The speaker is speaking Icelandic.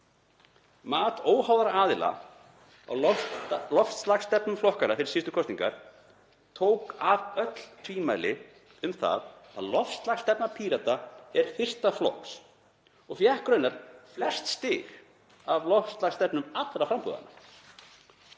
Mat óháðra aðila á loftslagsstefnu flokkanna fyrir síðustu kosningar tók af öll tvímæli um það að loftslagsstefna Pírata er fyrsta flokks og fékk raunar flest stig af loftslagsstefnum allra framboðanna.